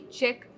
check